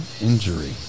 injury